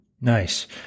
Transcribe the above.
Nice